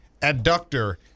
adductor